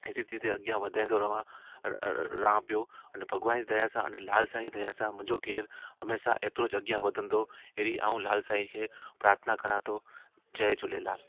धीरे धीरे अॻियां वधाईंदो रहण रहियां पियो अने भॻवान जी दया सां लाल साईं जी दया सां मुंहिंजो केरु हमेशह एतिरो अॻियां वधंदो अहिड़ी मां लाल साईं खे प्रार्थना करा थो जय झूलेलाल